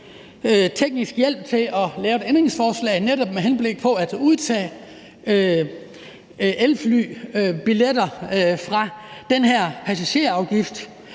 teknisk hjælp til at lave et ændringsforslag netop med henblik på at undtage elflybilletter fra den her passagerafgift,